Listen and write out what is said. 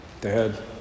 dad